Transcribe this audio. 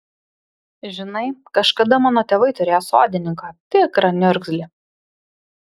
žinai kažkada mano tėvai turėjo sodininką tikrą niurgzlį